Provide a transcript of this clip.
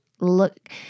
look